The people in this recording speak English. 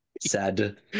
Sad